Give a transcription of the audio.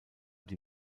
die